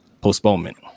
postponement